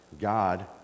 God